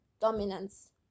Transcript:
dominance